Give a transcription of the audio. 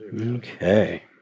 okay